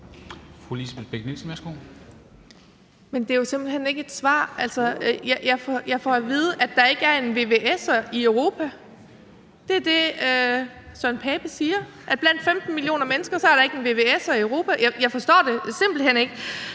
det er jo simpelt hen ikke et svar. Altså, jeg får at vide, at der ikke er en vvs'er i Europa – det er det, Søren Pape Poulsen siger. Altså, at blandt 15 millioner mennesker i Europa er der ikke en vvs'er. Jeg forstår det simpelt hen ikke.